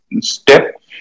step